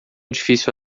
difícil